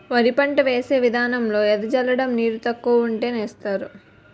వరి పంట వేసే విదానంలో ఎద జల్లడం నీరు తక్కువ వుంటే సేస్తరు